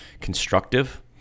constructive